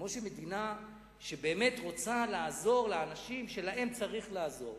כמו שמדינה שבאמת רוצה לעזור לאנשים שלהם צריך לעזור.